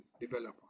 developer